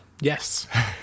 yes